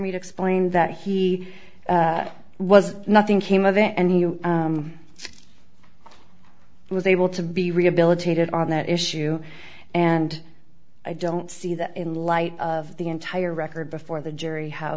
mead explained that he was nothing came of that and he he was able to be rehabilitated on that issue and i don't see that in light of the entire record before the jury how